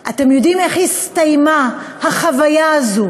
אתם יודעים איך הסתיימה החוויה הזו